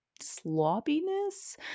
sloppiness